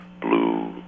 blue